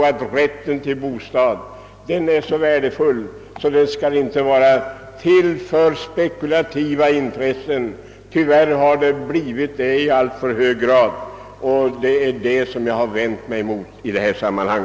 Rätten till bostad är nämligen så värdefull, att spekulativa intressen måste hindras att göra sig gällande i fråga om bostäder. Tyvärr har sådana intressen fått göra detta i alltför hög grad. Det är det som jag har vänt mig mot i detta sammanhang.